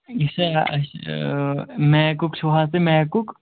یہِ چھا اَسہِ میکُک چھُو حظ تُہۍ میکُک